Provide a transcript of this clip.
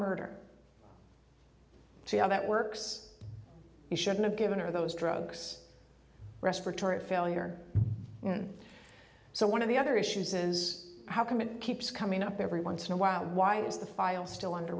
murder see how that works you should know given to those drugs respiratory failure and so one of the other issues is how come it keeps coming up every once in a while why is the file still under